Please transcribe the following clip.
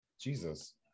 Jesus